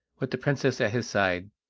with the princess at his side.